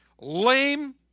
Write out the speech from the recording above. lame